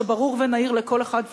כשברור ונהיר לכל אחד,